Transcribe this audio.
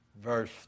verse